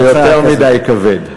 זה יותר מדי כבד.